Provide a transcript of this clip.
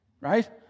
right